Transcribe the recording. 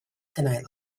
tonight